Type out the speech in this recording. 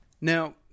Now